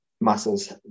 muscles